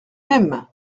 mêmes